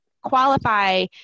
qualify